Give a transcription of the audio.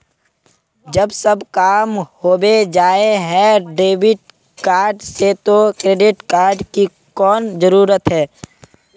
जब सब काम होबे जाय है डेबिट कार्ड से तो क्रेडिट कार्ड की कोन जरूरत है?